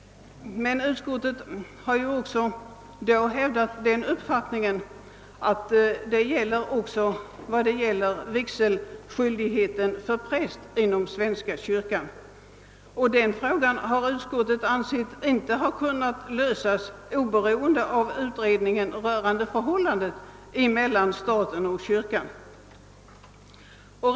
Emellertid har utskottet samtidigt hävdat den uppfattningen, att detta skulle gälla vigselskyldigheten för präster inom svenska kyrkan, och den frågan har utskottet inte ansett möjlig att lösa utan att därvid ta ståndpunkt till de resultat utredningen rörande förhållandet mellan stat och kyrka kommit fram till.